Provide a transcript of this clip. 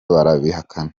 barabihakana